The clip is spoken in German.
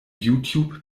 youtube